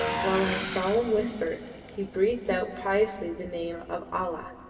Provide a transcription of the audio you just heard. while in a solemn whisper he breathed out piously the name of allah!